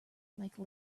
like